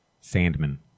Sandman